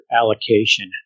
allocation